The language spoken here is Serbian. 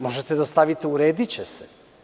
Možete da stavite – urediće se.